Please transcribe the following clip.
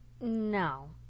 No